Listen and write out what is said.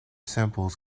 samples